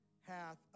hath